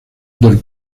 del